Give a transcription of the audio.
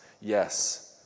yes